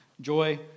Joy